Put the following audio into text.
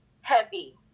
heavy